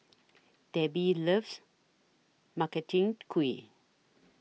Debby loves Makchang Gui